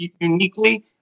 uniquely